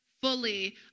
fully